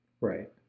Right